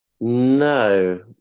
No